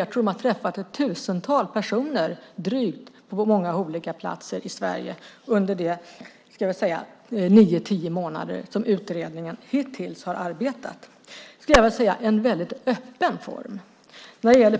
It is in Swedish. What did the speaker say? Jag tror att de har träffat drygt tusen personer på olika platser i Sverige under de nio, tio månader som utredningen hittills har arbetat.